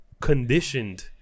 conditioned